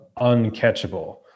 uncatchable